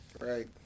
Right